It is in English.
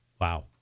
Wow